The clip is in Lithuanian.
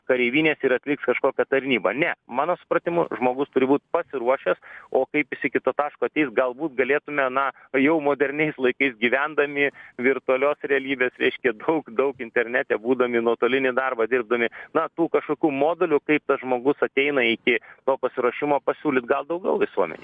kareivinėse ir atliks kažkokią tarnybą ne mano supratimu žmogus turi būt pasiruošęs o kaip jis iki to taško ateis galbūt galėtume na jau moderniais laikais gyvendami virtualios realybės reiškia daug daug internete būdami nuotolinį darbą dirbdami na tų kažkokių modulių kaip tas žmogus ateina iki to pasiruošimo pasiūlyt gal daugiau visuomenei